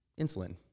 insulin